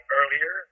earlier